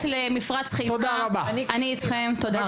אני הולכת למפרץ חיפה, אני אתכם תודה רבה.